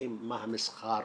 מה המסחר,